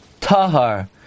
tahar